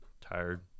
tired